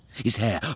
his hair,